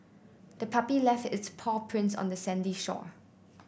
the puppy left its paw prints on the sandy shore